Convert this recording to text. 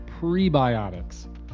prebiotics